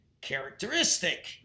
characteristic